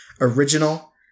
original